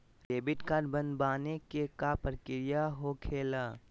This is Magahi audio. डेबिट कार्ड बनवाने के का प्रक्रिया होखेला?